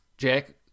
Jack